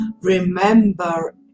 remember